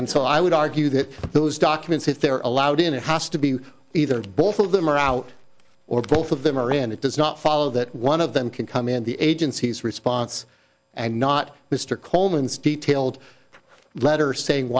and so i would argue that those documents if they are allowed in it has to be either both of them are out or both of them are and it does not follow that one of them can come in the agency's response and not mr coleman's detailed letter saying